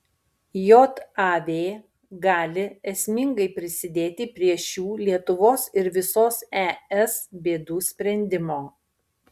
jav gali esmingai prisidėti prie šių lietuvos ir visos es bėdų sprendimo